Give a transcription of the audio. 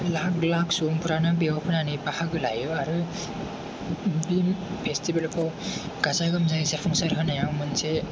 लाख लाख सुबुंफ्रानो बेयाव फैनानै बाहागो लायो आरो बे फेस्टिबोलखौ गाजा गोमजायै जाफुंसार होनायाव मोनसे